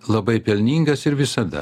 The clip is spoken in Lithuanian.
labai pelningas ir visada